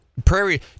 prairie